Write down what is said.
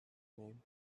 name